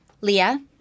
Leah